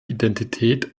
identität